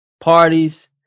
parties